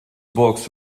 books